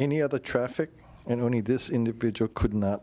any other traffic and only this individual could not